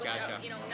Gotcha